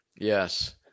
Yes